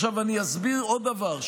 עכשיו אני אסביר עוד דבר,